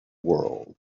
world